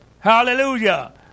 Hallelujah